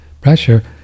pressure